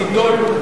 והיא תידון,